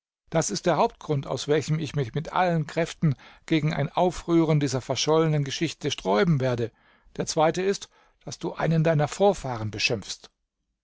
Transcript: das ist der hauptgrund aus welchem ich mich mit allen kräften gegen ein aufrühren dieser verschollenen geschichte sträuben werde der zweite ist daß du einen deiner vorfahren beschimpfst